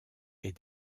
est